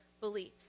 beliefs